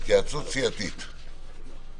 אדוני היועץ המשפטי,